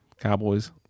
Cowboys